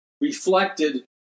reflected